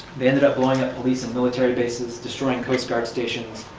they ended up blowing up police and military bases, destroying coast guard stations,